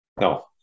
No